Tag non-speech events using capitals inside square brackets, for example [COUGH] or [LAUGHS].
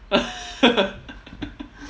[LAUGHS]